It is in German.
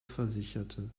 versicherte